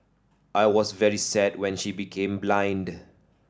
I was very sad when she became blind